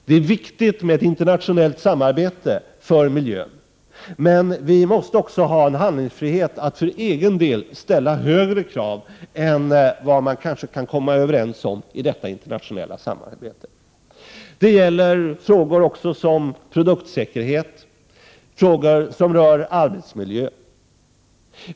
Det är viktigt med ett internationellt samarbete för miljön, men vi måste också ha en handlingsfrihet som gör att vi för egen del kan ställa högre krav än vad man kanske kan komma överens om i detta internationella samarbete. Det gäller frågor som rör produktsäkerhet och arbetsmiljö.